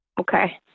Okay